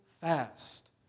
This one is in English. fast